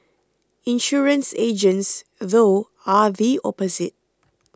insurance agents though are the opposite